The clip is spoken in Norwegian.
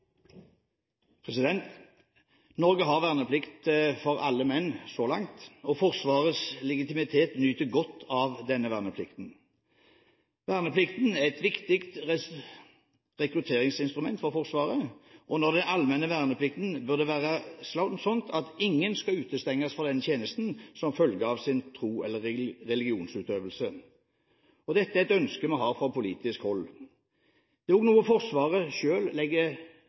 Norge har verneplikt for alle menn – så langt. Forsvarets legitimitet nyter godt av denne verneplikten. Verneplikten er et viktig rekrutteringsinstrument for Forsvaret. Og når det er allmenn verneplikt, bør det være slik at ingen skal utestenges fra denne tjenesten som følge av sin tro eller religionsutøvelse. Dette er et ønske vi har fra politisk hold. Det er også noe Forsvaret selv legger